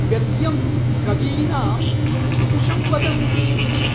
गद्यं कवीनां निकषं वदन्ति इति